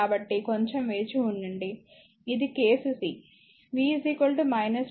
కాబట్టి కొంచం వేచివుండండి ఇది కేసు c V 12 మరియు I 16 ఆంపియర్